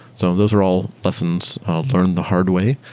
so those are all lessons learned the hard way